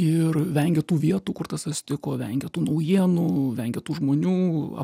ir vengia tų vietų kur tas atsitiko vengia tų naujienų vengia tų žmonių